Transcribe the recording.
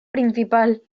principal